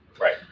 Right